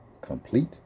complete